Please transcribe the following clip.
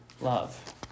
love